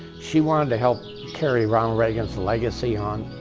she wanted to help carry ronald reagan's legacy on.